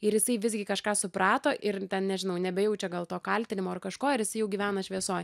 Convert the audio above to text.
ir jisai visgi kažką suprato ir ten nežinau nebejaučia gal to kaltinimo ar kažko ir jisai jau gyvena šviesoj